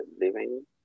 living